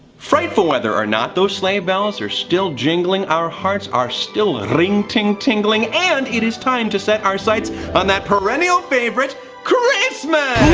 frightful weather or not, those sleigh bells are still jingling, our hearts are still and ring-ting-tingling, t and it is time to set our sights on that perennial favorite christmas!